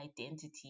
identity